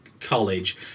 college